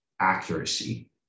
accuracy